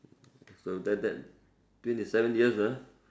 so that that twenty seven years ah